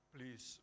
Please